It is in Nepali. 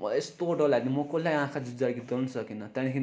मलाई यस्तो डर लाग्ने म कसैलाई आँखा जुझाएर गीत गाउनु सकिनँ त्यहाँदेखि